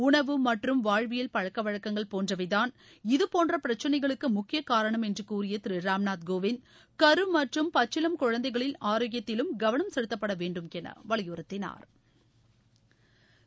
உணவு மற்றும் வாழ்வியல் பழக்கவழக்கங்கள் போன்றவைதாள் இதுபோன்ற பிரச்சனைகளுக்கு முக்கிய காரணம் என்று கூறிய திரு ராம்நாத் கோவிந்த் கரு மற்றும் பச்சிளம் குழந்தைகளில் ஆரோக்கியத்திலும் கவனம் செலுத்தப்பட வேண்டுமென வலியுறுத்தினாா்